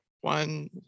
one